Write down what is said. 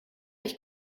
ich